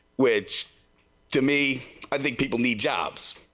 which to me, i think people need jobs.